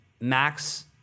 Max